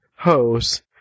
hose